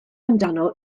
amdano